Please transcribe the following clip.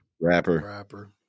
Rapper